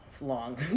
Long